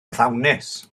ddawnus